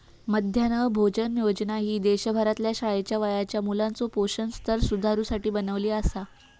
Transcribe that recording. मध्यान्ह भोजन योजना ही देशभरातल्या शाळेच्या वयाच्या मुलाचो पोषण स्तर सुधारुसाठी बनवली आसा